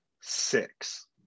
six